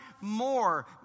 more